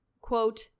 quote